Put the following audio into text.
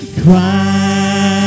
cry